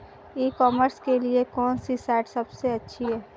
ई commerce के लिए कौनसी साइट सबसे अच्छी है?